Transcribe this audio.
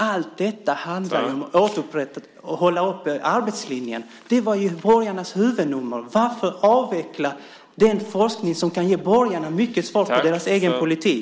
Allt detta handlar om att upprätthålla arbetslinjen. Det var ju borgarnas huvudnummer. Varför avveckla den forskning som kan ge borgarna många svar när det gäller deras egen politik?